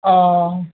অঁ